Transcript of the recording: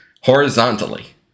horizontally